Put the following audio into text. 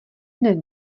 hned